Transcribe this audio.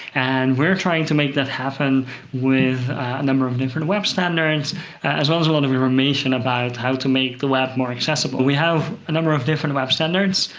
and we're trying to make that happen with a number of different web standards as well as a lot of information about how to make the web more accessible. we have a number of different web standards.